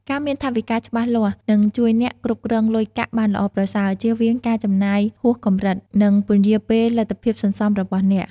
ការមានថវិកាច្បាស់លាស់នឹងជួយអ្នកគ្រប់គ្រងលុយកាក់បានល្អប្រសើរ ជៀសវាងការចំណាយហួសកម្រិត និងពន្យារពេលលទ្ធភាពសន្សំរបស់អ្នក។